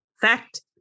Fact